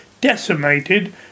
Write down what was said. decimated